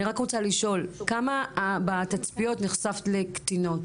אני רק רוצה לשאול, בתצפיות נחשפת לקטינות?